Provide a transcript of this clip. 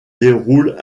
déroule